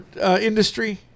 industry